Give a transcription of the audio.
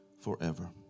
forever